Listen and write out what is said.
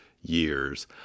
years